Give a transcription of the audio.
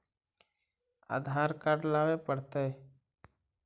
आधार card लाबे पड़तै?